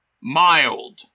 Mild